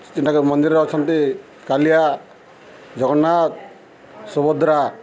ଯେନ୍ଟାକି ମନ୍ଦିର୍ରେ ଅଛନ୍ତି କାଲିଆ ଜଗନ୍ନାଥ ସୁଭଦ୍ରା